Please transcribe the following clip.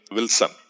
Wilson